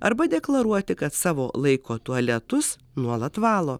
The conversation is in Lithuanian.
arba deklaruoti kad savo laiko tualetus nuolat valo